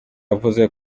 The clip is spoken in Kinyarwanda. yavuze